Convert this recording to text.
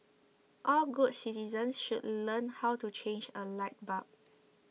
all good citizens should learn how to change a light bulb